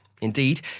Indeed